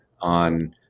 on